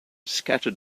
scattered